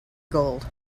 gold